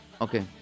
Okay